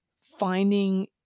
finding